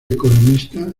economista